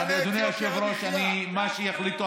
אדוני היושב-ראש, מה שיחליטו